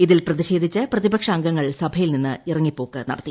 ഇതിൽ പ്രതിഷേധിച്ച് പ്രതിപക്ഷ അംഗങ്ങൾ സഭയിൽ നിന്ന് ഇറങ്ങിപ്പോക്ക് നടത്തി